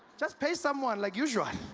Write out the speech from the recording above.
just pay someone like usual.